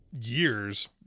years